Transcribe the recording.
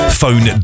phone